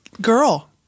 girl